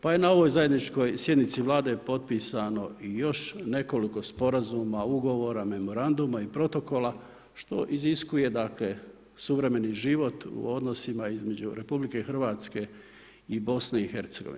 Pa je na ovoj zajedničkoj sjednici Vlade potpisano i još nekoliko sporazuma, ugovora, memoranduma i protokola, što iziskuje dakle suvremeni život u odnosima između RH i BiH.